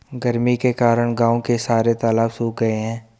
गर्मी के कारण गांव के सारे तालाब सुख से गए हैं